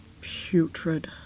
putrid